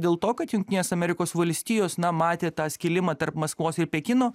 dėl to kad jungtinės amerikos valstijos na matė tą skilimą tarp maskvos ir pekino